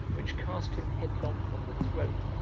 which cast him headlong from the throne,